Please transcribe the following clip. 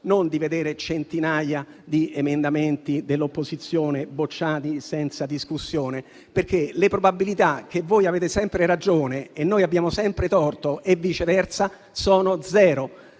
non vedere centinaia di emendamenti dell'opposizione bocciati senza discussione, perché le probabilità che voi abbiate sempre ragione e noi sempre torto - e viceversa - sono pari